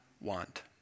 want